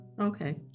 Okay